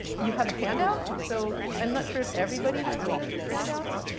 you have a handout. so i'm not sure if everybody has one of these handouts.